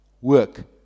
Work